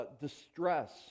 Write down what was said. distress